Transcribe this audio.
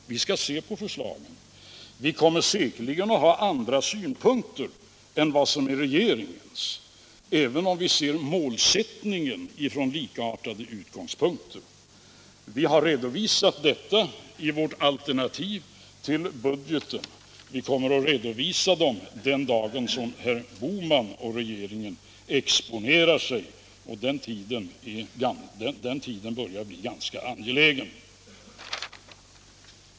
Vi skall se på förslagen, men vi kommer säkerligen att ha andra synpunkter på dem än regeringen, även om vi ser målsättningen från likartade utgångspunkter. Vi har redovisat våra synpunkter i vårt alternativ till budgeten, och vi kommer att göra det också den dag herr Bohman och regeringen exponerar sig — och den tiden börjar bli ganska angelägen.